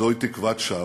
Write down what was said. זוהי תקוות שווא,